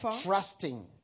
trusting